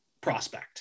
prospect